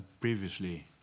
previously